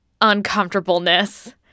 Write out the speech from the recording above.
uncomfortableness